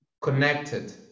connected